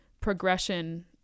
progression